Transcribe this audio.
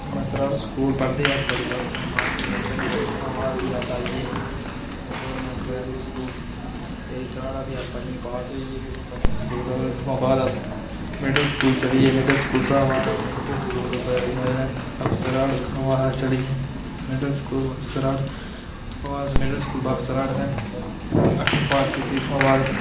में सराढ़ स्कूल पढ़दे अस बड़ी गपशप मारदे हे जागतें कन्नै उत्थुआं बाद भी अस आई गे गौरमेंट प्राईमरी स्कूल सेरी सराढ़ भी अस पञमीं पास होई गे भी उत्थुआं पञमीं भी उत्थुआं बाद अस मिडिल स्कूल चली गे मिडिल स्कूल चा बाद अस मिडल स्कूल दे बप्प सराढ़ उत्थुआं गै असें चलियै मिडल स्कूल सराढ़ उत्थुआं अस मिडल स्कूल सराढ़ अठमीं पास कीती उत्थुआं बाद